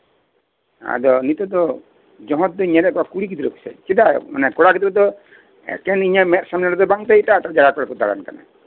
ᱦᱮᱸ ᱟᱫᱚ ᱱᱤᱛᱚᱜ ᱫᱚ ᱡᱚᱦᱚᱲ ᱫᱳᱧ ᱧᱮᱞᱮᱫ ᱠᱚᱣᱟ ᱠᱩᱲᱤ ᱜᱤᱫᱽᱨᱟᱹ ᱪᱮᱫᱟᱜ ᱥᱮ ᱠᱚᱲᱟ ᱜᱤᱫᱽᱨᱟᱹ ᱫᱚ ᱮᱠᱷᱮᱱ ᱤᱧᱟᱹᱜ ᱢᱮᱫ ᱥᱟᱢᱟᱝ ᱨᱮᱫᱚ ᱵᱟᱝ ᱫᱚ ᱮᱴᱟᱜ ᱮᱴᱟᱜ ᱡᱟᱭᱜᱟ ᱠᱚᱨᱮᱜ ᱠᱚ ᱫᱟᱬᱟᱱ ᱠᱟᱱᱟ